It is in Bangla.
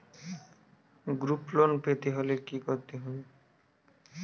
গ্রুপ লোন পেতে হলে কি করতে হবে?